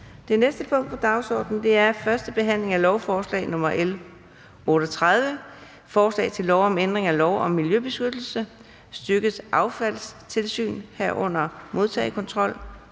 Det næste punkt på dagsordenen er: 9) 1. behandling af lovforslag nr. L 38: Forslag til lov om ændring af lov om miljøbeskyttelse. (Styrket affaldstilsyn, herunder modtagekontrol